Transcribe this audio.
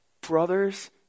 brothers